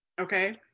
okay